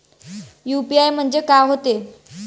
UPI म्हणजे का होते?